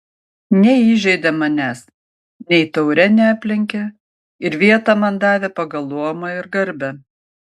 neįžeidė manęs nei taure neaplenkė ir vietą man davė pagal luomą ir garbę